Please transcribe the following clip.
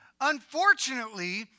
unfortunately